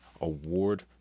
Award